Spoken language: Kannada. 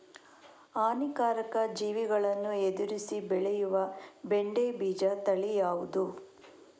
ಹಾನಿಕಾರಕ ಜೀವಿಗಳನ್ನು ಎದುರಿಸಿ ಬೆಳೆಯುವ ಬೆಂಡೆ ಬೀಜ ತಳಿ ಯಾವ್ದು?